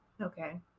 okay